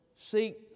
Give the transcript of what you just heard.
seek